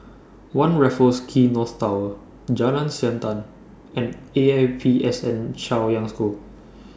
one Raffles Quay North Tower Jalan Siantan and E A P S N Chaoyang School